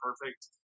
perfect